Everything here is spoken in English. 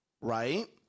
Right